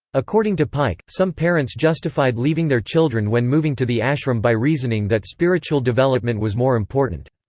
according to pike, some parents justified leaving their children when moving to the ashram by reasoning that spiritual development was more important.